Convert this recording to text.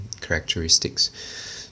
characteristics